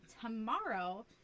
tomorrow